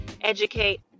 educate